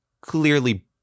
clearly